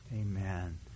Amen